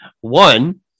One